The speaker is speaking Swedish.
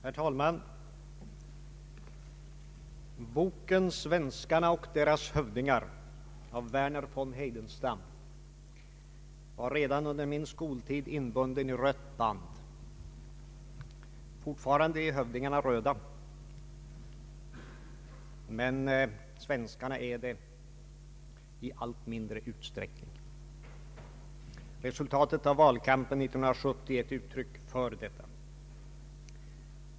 Herr talman! Boken ”Svenskarna och deras hövdingar” av Verner von Heidenstam var redan under min skoltid inbunden i rött band. Fortfarande är hövdingarna röda, men svenskarna är det i allt mindre utsträckning. Resultatet av valkampen 1970 är ett uttryck härför.